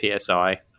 psi